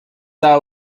that